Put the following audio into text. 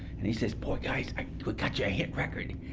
and he said, oh, guys, we got you a hit record.